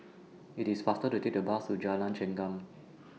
IT IS faster to Take The Bus to Jalan Chengam